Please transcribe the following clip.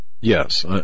yes